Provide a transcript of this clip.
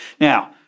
Now